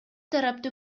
тарапты